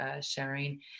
sharing